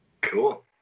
Cool